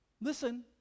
Listen